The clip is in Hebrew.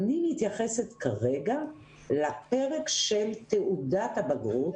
אני מתייחסת כרגע לפרק של תעודת הבגרות,